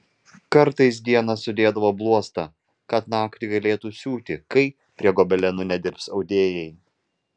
kartais dieną sudėdavo bluostą kad naktį galėtų siūti kai prie gobelenų nedirbs audėjai